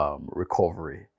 recovery